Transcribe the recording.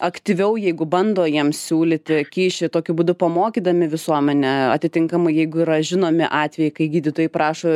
aktyviau jeigu bando jiems siūlyti kyšį tokiu būdu pamokydami visuomenę atitinkamai jeigu yra žinomi atvejai kai gydytojai prašo